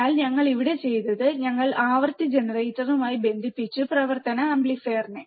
അതിനാൽ ഞങ്ങൾ ഇവിടെ ചെയ്തത് ഞങ്ങൾ ആവൃത്തി ജനറേറ്ററുമായി ബന്ധിപ്പിച്ചു പ്രവർത്തന ആംപ്ലിഫയർ